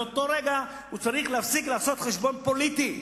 מאותו רגע הוא צריך להפסיק לעשות חשבון פוליטי,